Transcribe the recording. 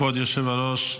כבוד יושב הראש,